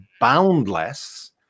boundless